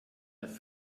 das